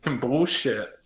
bullshit